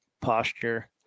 posture